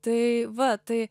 tai va tai